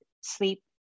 sleep